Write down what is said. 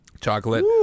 chocolate